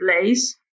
place